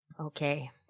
Okay